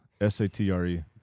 S-A-T-R-E